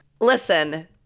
Listen